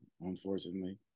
unfortunately